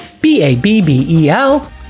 B-A-B-B-E-L